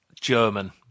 German